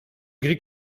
gris